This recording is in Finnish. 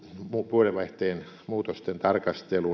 vuodenvaihteen muutosten tarkastelu